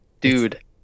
dude